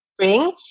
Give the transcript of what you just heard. spring